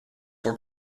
were